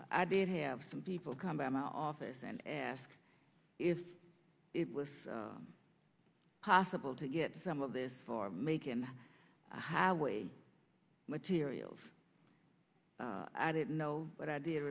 i did have some people come by my office and ask if it was possible to get some of this for making highway materials i didn't know but i did